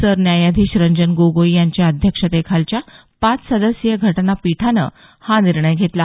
सरन्यायाधीश रंजन गोगोई यांच्या अध्यक्षतेखालच्या पाच सदस्यीय घटनापीठानं हा निर्णय घेतला